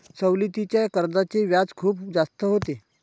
सवलतीच्या कर्जाचे व्याज खूप जास्त होते